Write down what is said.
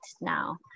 now